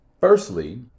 Firstly